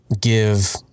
give